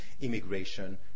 immigration